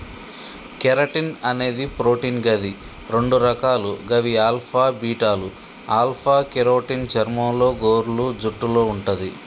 keratin అనేది protein గది రెండు రకాలు గవి ఆల్ఫా, బీటాలు ఆల్ఫ కెరోటిన్ చర్మంలో, గోర్లు, జుట్టులో వుంటది